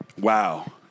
Wow